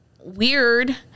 weird